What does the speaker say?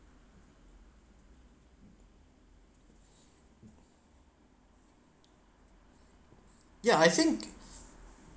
yeah I think